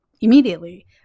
immediately